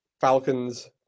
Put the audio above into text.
Falcons